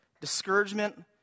discouragement